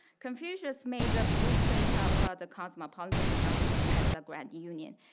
confucius made the blueprint of the cosmopolitan society as the grand union,